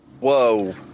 Whoa